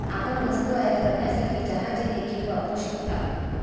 आपण वस्तू आयात करण्यासाठी जहाजे देखील वापरू शकता